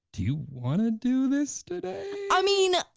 do you wanna do this today? i mean,